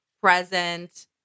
present